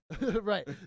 right